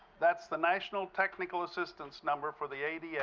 that's the national technical assistance number for the ada.